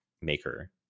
Maker